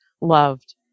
loved